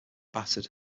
battered